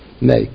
make